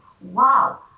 Wow